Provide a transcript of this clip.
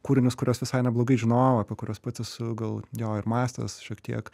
kūrinius kuriuos visai neblogai žinojau apie kuriuos pati esu gal jau ir mąstęs šiek tiek